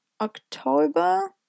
October